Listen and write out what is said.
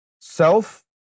Self